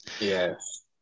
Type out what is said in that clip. Yes